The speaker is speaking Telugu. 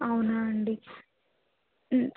అవునా అండి